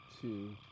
two